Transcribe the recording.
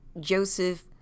Joseph